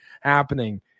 happening